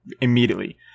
immediately